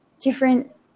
different